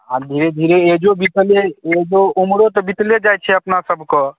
आब धीरे धीरे एजो बीतले एजो ऊमरो तऽ बीतले जाइत छै अपना सब कऽ